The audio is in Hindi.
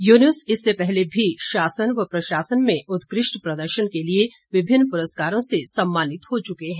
यूनुस इससे पहले भी शासन व प्रशासन में उत्कृष्ट प्रदर्शन के लिए विभिन्न पुरस्कारों से सम्मानित हो चुके हैं